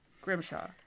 Grimshaw